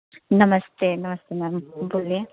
नमस्ते नमस्ते मैम बोलिए